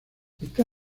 está